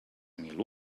mil